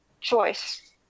choice